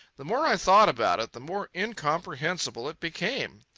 the more i thought about it, the more incomprehensible it became.